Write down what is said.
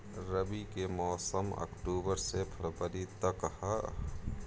रबी के मौसम अक्टूबर से फ़रवरी तक ह